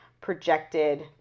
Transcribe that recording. projected